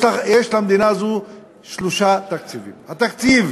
יש למדינה הזאת שלושה תקציבים: התקציב